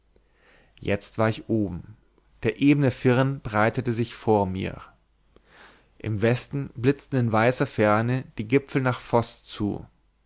jetzt war ich oben der ebene firn breitete sich vor mir im westen blitzten in weißer ferne die gipfel nach voß zu